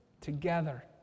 Together